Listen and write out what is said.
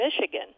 Michigan